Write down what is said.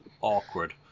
awkward